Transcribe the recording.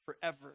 forever